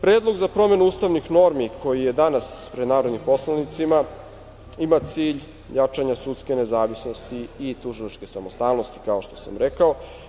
Predlog za promenu ustavnih normi, koji je danas pred narodnim poslanicima, ima cilj jačanje sudske nezavisnosti i tužilačke samostalnosti, kao što sam rekao.